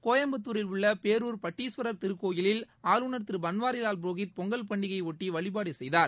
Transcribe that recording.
கோயம்புத்தூரில் உள்ள பேரூர் பட்டீஸ்வரர் திருக்கோயிலில் ஆளுநர் திரு பன்வாரிவால் புரோஹித் பொங்கல் பண்டிகையை ஒட்டி வழிபாடு செய்தார்